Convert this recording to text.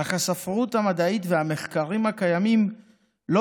אך הספרות המדעית והמחקרים הקיימים לא